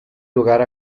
lugar